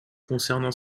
concernant